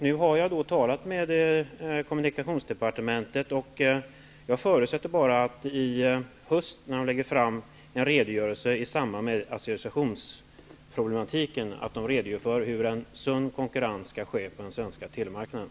Jag har varit i kontakt med kommunikationsdepartementet, och jag förutsätter att man i höst när man lägger fram en redogörelse över associationsproblematiken också redogör för hur en sund konkurrens skall åstadkommas på den svenska telemarknaden.